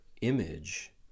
image